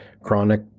chronic